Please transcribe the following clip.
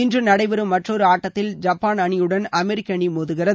இன்று நடைபெறும் மற்றொரு ஆட்டத்தில் ஜப்பான் அணியுடன் அமெரிக்க அணி மோதுகிறது